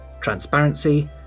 transparency